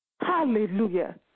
Hallelujah